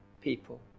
people